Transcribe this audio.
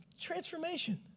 Transformation